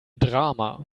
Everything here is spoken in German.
drama